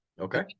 Okay